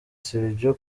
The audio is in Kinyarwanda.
sergio